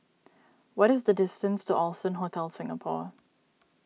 what is the distance to Allson Hotel Singapore